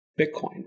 Bitcoin